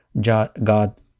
God